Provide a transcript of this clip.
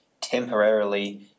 temporarily